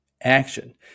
action